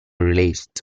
released